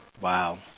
Wow